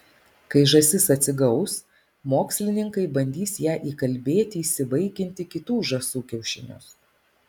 kai žąsis atsigaus mokslininkai bandys ją įkalbėti įsivaikinti kitų žąsų kiaušinius